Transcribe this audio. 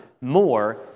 more